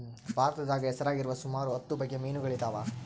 ಭಾರತದಾಗ ಹೆಸರಾಗಿರುವ ಸುಮಾರು ಹತ್ತು ಬಗೆ ಮೀನುಗಳಿದವ